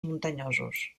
muntanyosos